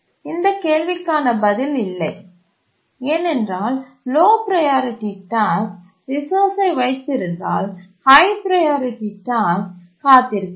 இந்த கேள்விக்கான பதில் இல்லை ஏனென்றால் லோ ப்ரையாரிட்டி டாஸ்க் ரிசோர்ஸ்சை வைத்திருந்தால் ஹய் ப்ரையாரிட்டி டாஸ்க் காத்திருக்க வேண்டும்